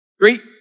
Three